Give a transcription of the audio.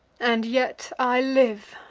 and yet i live,